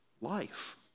life